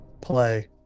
play